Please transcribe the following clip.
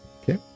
Okay